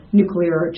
nuclear